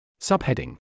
Subheading